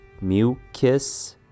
mucus